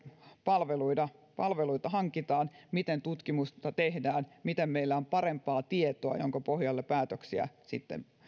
palveluita palveluita hankitaan miten tutkimusta tehdään miten meillä on parempaa tietoa jonka pohjalta päätöksiä sitten